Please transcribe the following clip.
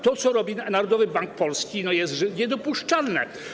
To, co robi Narodowy Bank Polski, jest niedopuszczalne.